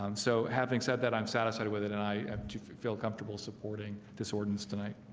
um so having said that i'm satisfied with it, and i have to feel comfortable supporting dis ordinance tonight.